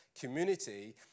community